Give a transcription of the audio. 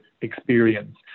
experience